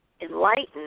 enlightened